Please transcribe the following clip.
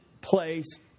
place